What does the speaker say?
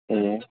ए